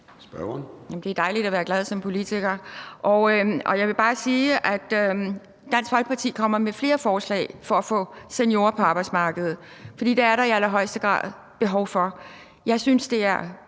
Det er dejligt at være glad som politiker, og jeg vil bare sige, at Dansk Folkeparti kommer med flere forslag til at få seniorer på arbejdsmarkedet, for det er der i allerhøjeste grad behov for. Jeg synes, det er